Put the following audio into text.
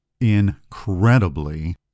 Incredibly